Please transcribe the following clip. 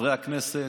חברי הכנסת,